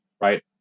right